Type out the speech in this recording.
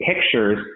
pictures